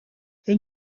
een